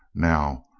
now,